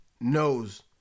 knows